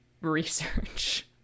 research